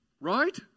Right